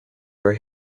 were